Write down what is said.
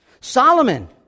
Solomon